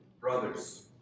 brothers